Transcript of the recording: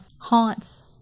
haunts